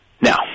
Now